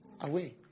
away